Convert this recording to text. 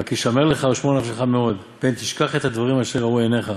'רק השמר לך ושמר נפשך מאד פן תשכח את הדברים אשר ראו עיניך'.